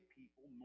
people